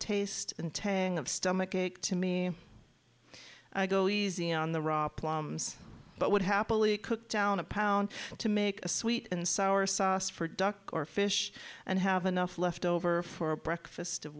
taste and tang of stomach ache to me i go easy on the raw plums but would happily cook down a pound to make a sweet and sour sauce for duck or fish and have enough left over for a breakfast of